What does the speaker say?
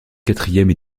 quatrième